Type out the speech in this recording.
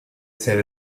ser